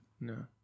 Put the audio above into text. No